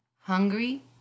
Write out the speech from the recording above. Hungry